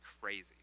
crazy